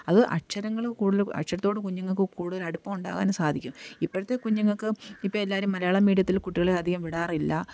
അത് അക്ഷരങ്ങള് കൂടുതൽ അക്ഷരത്തോട് കുഞ്ഞുങ്ങള്ക്ക് കൂടുതലടുപ്പമുണ്ടാവാനും സാധിക്കും ഇപ്പോഴത്തെ കുഞ്ഞുങ്ങള്ക്ക് ഇപ്പോള് എല്ലാവരും മലയാളം മീഡിയത്തിൽ കുട്ടികളെ അധികം വിടാറില്ല